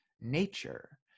nature